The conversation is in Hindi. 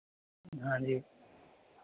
हाँ जी